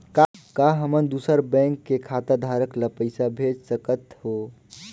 का हमन दूसर बैंक के खाताधरक ल पइसा भेज सकथ हों?